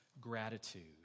Gratitude